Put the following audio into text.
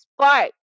spark